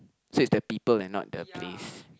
suits the people and not their place